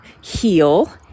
heal